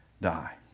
die